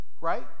right